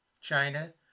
China